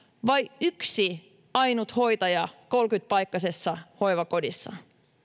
vai yksi ainut hoitaja kolmekymmentä paikkaisessa hoivakodissa